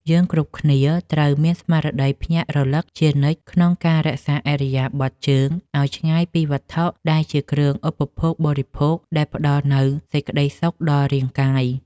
យើងគ្រប់គ្នាត្រូវមានស្មារតីភ្ញាក់រលឹកជានិច្ចក្នុងការរក្សាឥរិយាបថជើងឱ្យឆ្ងាយពីវត្ថុដែលជាគ្រឿងឧបភោគបរិភោគដែលផ្តល់នូវសេចក្តីសុខដល់រាងកាយ។